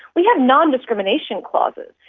we have non-discrimination clauses,